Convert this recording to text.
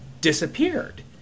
disappeared